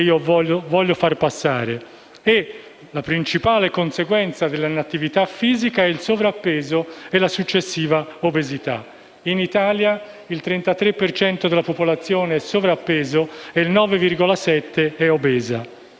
La principale conseguenza dell'inattività fisica è il sovrappeso e la successiva obesità. In Italia il 33 per cento della popolazione è in sovrappeso e il 9,7 è obesa.